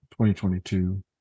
2022